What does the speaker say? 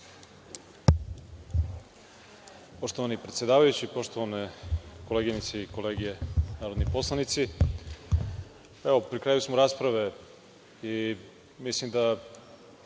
Poštovani predsedavajući, poštovane koleginice i kolege narodni poslanici, pri kraju smo rasprave i mislim da